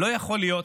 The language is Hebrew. לא יכול להיות